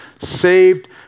saved